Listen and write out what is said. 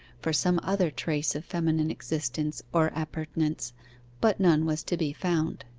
for some other trace of feminine existence or appurtenance but none was to be found.